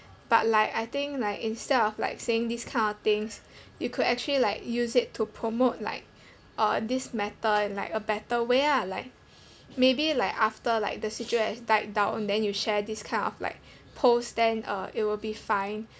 but like I think like instead of like saying this kind of things you could actually like use it to promote like uh this matter in like a better way ah like maybe like after like the situation has died down then you share this kind of like post then uh it will be fine